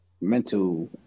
mental